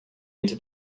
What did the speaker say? into